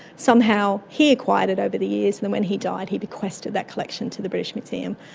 somehow he acquired it over the years and then when he died he bequested that collection to the british museum,